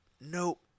Nope